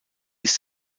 ist